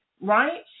right